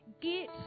Get